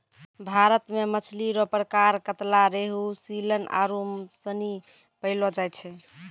भारत मे मछली रो प्रकार कतला, रेहू, सीलन आरु सनी पैयलो जाय छै